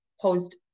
posed